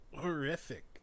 horrific